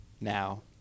now